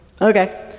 okay